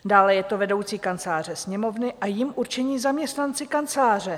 Dále je to vedoucí Kanceláře Sněmovny a jím určení zaměstnanci kanceláře .